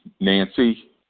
Nancy